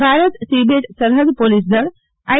ભારત તિબેટ સરફદ પોલીસદળ આઈ